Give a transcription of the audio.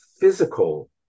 physical